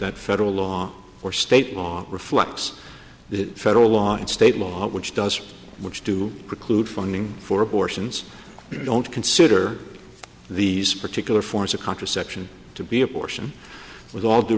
that federal law or state law reflects the federal law and state law which does which do preclude funding for abortions we don't consider these particular forms of contraception to be abortion with all due